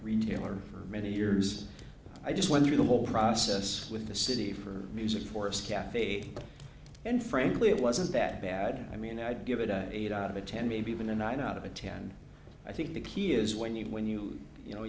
retailer for many years i just went through the whole process with the city for music for us kathy and frankly it wasn't that bad i mean i'd give it a eight out of a ten maybe even a nine out of a ten i think the key is when you when you you know